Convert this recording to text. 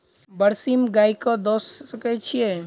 बरसीम गाय कऽ दऽ सकय छीयै?